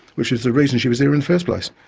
which was the reason she was there in the first place.